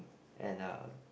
and uh